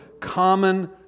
common